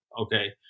Okay